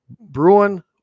Bruin